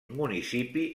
municipi